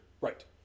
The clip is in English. Right